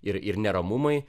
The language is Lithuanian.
ir ir neramumai